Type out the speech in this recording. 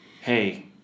hey